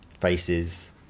Faces